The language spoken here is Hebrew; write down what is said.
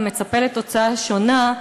ומצפה לתוצאה שונה,